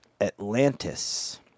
Atlantis